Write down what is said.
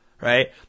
right